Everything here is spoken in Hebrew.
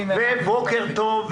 בוקר טוב.